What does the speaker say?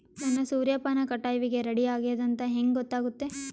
ನನ್ನ ಸೂರ್ಯಪಾನ ಕಟಾವಿಗೆ ರೆಡಿ ಆಗೇದ ಅಂತ ಹೆಂಗ ಗೊತ್ತಾಗುತ್ತೆ?